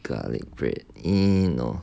garlic bread hmm no